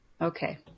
Okay